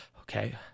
okay